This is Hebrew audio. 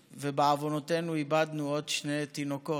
אני, 11. ובעוונותינו איבדנו עוד שני תינוקות,